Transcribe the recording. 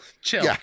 Chill